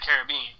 Caribbean